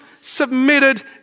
submitted